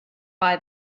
buy